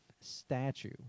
statue